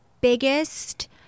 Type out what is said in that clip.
biggest